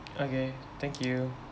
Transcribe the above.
okay thank you